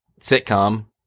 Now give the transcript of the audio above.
sitcom